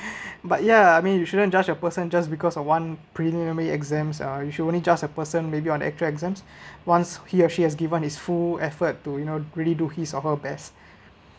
but ya I mean you shouldn't judge a person just because of one preliminary exams ah you should only judge a person maybe on actual exams once he or she has given his full effort to you know really do his or her best